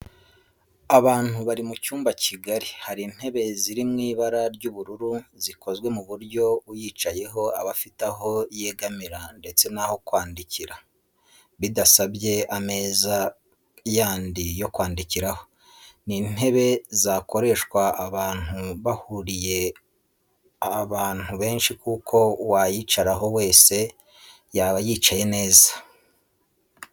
Abantu bari mu cyumba kigari hari intebe ziri mu ibara ry'ubururu zikozwe ku buryo uyicayeho aba afite aho yegamira ndetse n'aho kwandikira bidasabye ameza yandi yo kwandikiraho. Ni intebe zakoreshwa ahantu hahuriye abantu benshi kuko uwayicaraho wese yaba yicaye neza